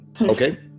Okay